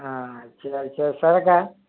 ஆ சரி சரி சொரக்காய்